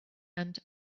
and